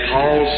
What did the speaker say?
Paul